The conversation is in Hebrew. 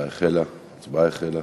ההצבעה החלה.